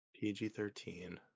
PG-13